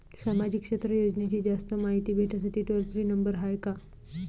सामाजिक क्षेत्र योजनेची जास्त मायती भेटासाठी टोल फ्री नंबर हाय का?